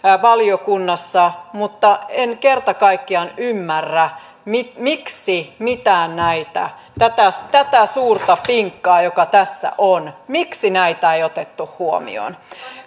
valiokunnassa mutta en kerta kaikkiaan ymmärrä miksi miksi mitään näitä tätä tätä suurta pinkkaa joka tässä on ei otettu huomioon